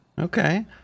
Okay